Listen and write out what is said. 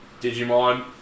Digimon